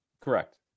correct